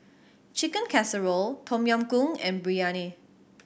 Chicken Casserole Tom Yam Goong and Biryani